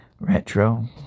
retro